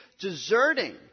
deserting